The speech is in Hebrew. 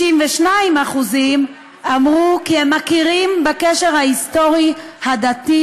62% אמרו כי הם מכירים בקשר ההיסטורי הדתי